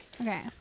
okay